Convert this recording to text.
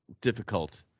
difficult